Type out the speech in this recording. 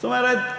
זאת אומרת,